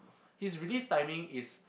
his release timing is